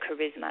charisma